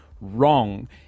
wrong